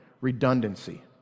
Redundancy